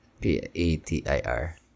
P-A-T-I-R